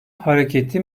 hareketi